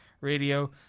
radio